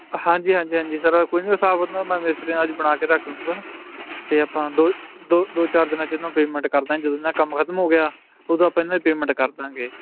ਹਾਂਜੀ ਹਾਂਜੀ ਹਾਂਜੀ ਸਰ ਕੋਈ ਨਹੀਂ ਹਿਸਾਬ ਉਹਦੇ ਨਾਲ ਮੈਂ ਮਿਸਤਰੀ ਨਾਲ ਅੱਜ ਬਣਾ ਕੇ ਰੱਖ ਲੂਗਾ ਅਤੇ ਆਪਾਂ ਦੋ ਦੋ ਦੋ ਚਾਰ ਦਿਨਾਂ 'ਚ ਇਹਨਾਂ ਨੂੰ ਪੇਮੈਂਟ ਕਰ ਦਾਂਗੇ ਜਦੋਂ ਇਹਨਾਂ ਕੰਮ ਖ਼ਤਮ ਹੋ ਗਿਆ ਉਦੋਂ ਆਪਾਂ ਇਹਨਾਂ ਦੀ ਪੇਮੈਂਟ ਕਰ ਦਾਂਗੇ